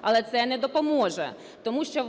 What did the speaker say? Але це не допоможе, тому що